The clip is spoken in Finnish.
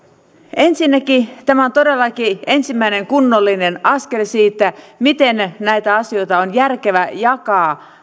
ensinnäkin tämä on todellakin ensimmäinen kunnollinen askel siinä miten näitä asioita on järkevä jakaa